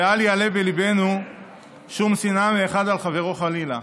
ואל יעלה בליבנו שום שנאה לאחד על חברו, חלילה.